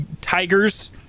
Tigers